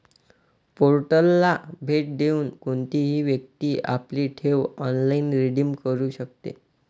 पोर्टलला भेट देऊन कोणतीही व्यक्ती आपली ठेव ऑनलाइन रिडीम करू शकते